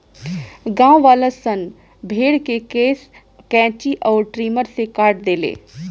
गांववालन सन भेड़ के केश कैची अउर ट्रिमर से काट देले